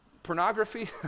Pornography